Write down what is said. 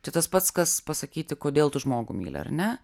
čia tas pats kas pasakyti kodėl tu žmogų myli ar ne